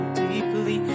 deeply